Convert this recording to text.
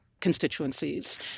constituencies